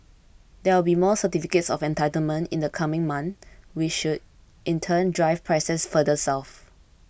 there will be more certificates of entitlement in the coming months which should in turn drive prices further south